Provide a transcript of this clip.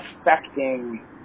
affecting